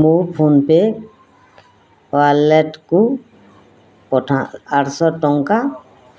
ମୋ ଫୋନ୍ପେ ୱାଲେଟ୍କୁ ପଠା ଆଠଶହ ଟଙ୍କା